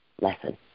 lesson